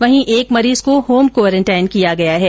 वहीं एक मरीज को होम क्वारेंटाईन किया गया है